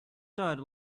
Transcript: thud